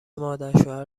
مادرشوهر